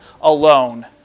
alone